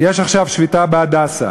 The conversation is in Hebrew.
יש עכשיו שביתה ב"הדסה".